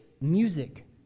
music